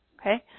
okay